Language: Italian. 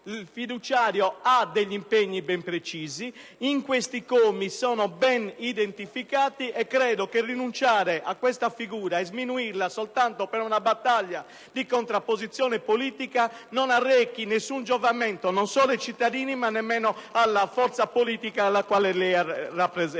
Il fiduciario ha impegni ben precisi che in questi commi sono ben identificati, per cui rinunciare a tale figura e sminuirla soltanto per una battaglia di contrapposizione politica credo non arrechi alcun giovamento non solo ai cittadini ma nemmeno alla forza politica alla quale lei appartiene,